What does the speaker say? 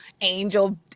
angel